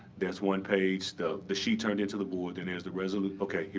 there's one page the the sheet turned into the board. then there's the resolution ok,